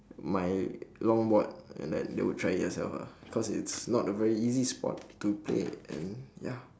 my longboard and like they will try it themselves ah cause it's not an easy sport to play and ya